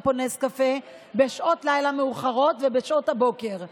פה נס קפה בשעות לילה מאוחרות ובשעות הבוקר?